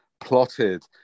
plotted